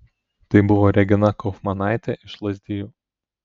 tai buvo regina kaufmanaitė iš lazdijų